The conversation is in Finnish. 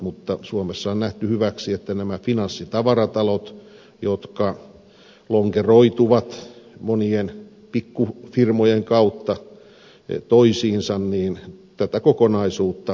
mutta suomessa on nähty hyväksi että näitä finanssitavarataloja jotka lonkeroituvat monien pikkufirmojen kautta toisiinsa tätä kokonaisuutta finanssivalvonta valvoo